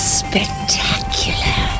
spectacular